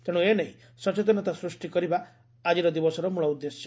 ତେଣୁ ଏନେଇ ସଚେତନତା ସୂଷ୍ଟି କରିବା ଆଜିର ଦିବସର ମୂଳ ଉଦ୍ଦେଶ୍ୟ